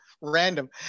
random